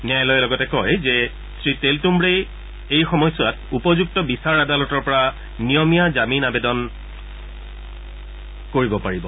ন্যায়ালয়ে লগতে কয় যে শ্ৰীটেলটুম্বড়েই এই সময়ছোৱাত উপযুক্ত বিচাৰ আদালতৰ পৰা নিয়মীয়া জামিন আৱেদন কৰিব পাৰিব